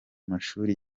mashuri